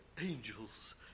angels